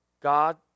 God